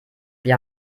wir